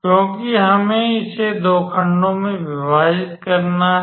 क्योंकि हमें इसे दो खंडों में विभाजित करना है